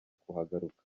kuhagaruka